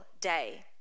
day